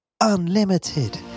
unlimited